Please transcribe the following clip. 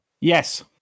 Yes